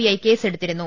I കേസെടുത്തിരുന്നു